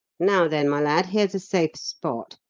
now then, my lad, here's a safe spot.